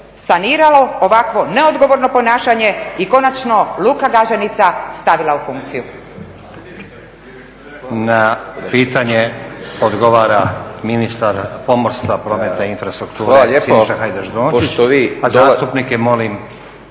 saniralo ovakvo neodgovorno ponašanje i konačno Luka Gaženica stavila u funkciju? **Stazić, Nenad (SDP)** Na pitanje odgovara ministar pomorstva, prometa i infrastrukture Siniša Hajdaš-Dončić